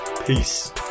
Peace